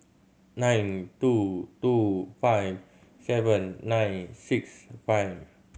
nine two two five seven nine six five